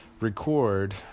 record